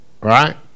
Right